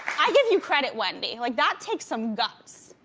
i give you credit, wendy, like that takes some guts.